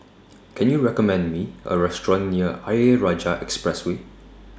Can YOU recommend Me A Restaurant near Ayer Rajah Expressway